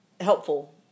helpful